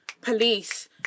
Police